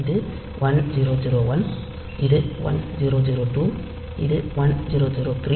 இது 1001 இது 1002 இது 1003